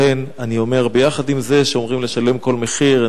יחד עם זה שאומרים לשלם כל מחיר,